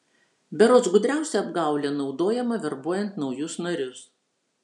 berods gudriausia apgaulė naudojama verbuojant naujus narius